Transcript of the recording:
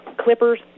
clippers